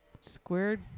squared